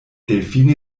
delfine